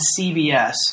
cbs